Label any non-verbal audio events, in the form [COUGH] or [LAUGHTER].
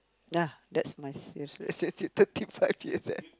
ya that's my serious [NOISE] thirty five years leh